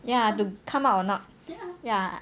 ya to come out or not ya